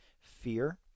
fear